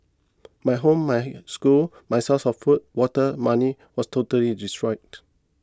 my home my school my source of food water money was totally destroyed